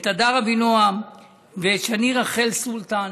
את הדר אבינועם ואת שני רחל סולטן.